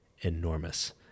enormous